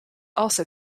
also